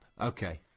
Okay